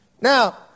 Now